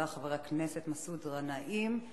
תודה, חבר הכנסת מסעוד גנאים.